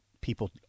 people